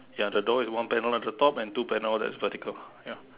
ya the door is one panel at the top and two panel that is vertical ya